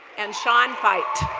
and sean fite.